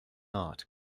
art